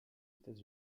états